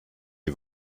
die